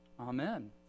Amen